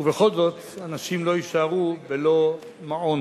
ובכל זאת אנשים לא יישארו ללא מעון.